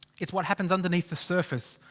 it's what happens underneath the surface.